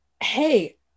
hey